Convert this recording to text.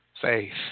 faith